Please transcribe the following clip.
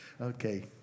Okay